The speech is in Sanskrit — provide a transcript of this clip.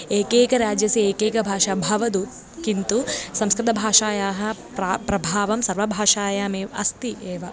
एकैकराज्यस्य एकेकभाषा भवतुदु किन्तु संस्कृतभाषायाः प्रा प्रभावं सर्वभाषायाम् एव अस्ति एव